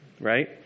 Right